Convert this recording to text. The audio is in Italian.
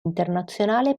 internazionale